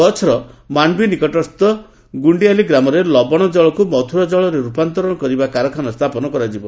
କଚ୍ଚର ମାଣ୍ଡବୀ ନିକଟସ୍ଥ ଗୁଣ୍ଡିଆଲି ଗ୍ରାମରେ ଲବଣ ଜଳକୁ ମଧୁର ଜଳରେ ରୂପାନ୍ତରଣ କରିବା କାରଖାନା ସ୍ଥାପନ କରାଯିବ